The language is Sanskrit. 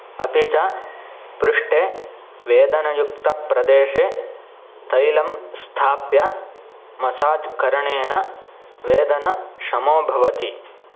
अपि च पृष्टे वेदनायुक्तप्रदेशे तैलं स्थाप्य मसाज् करणेन वेदन श्रमो भवति